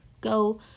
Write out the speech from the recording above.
Go